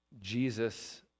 Jesus